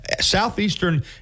Southeastern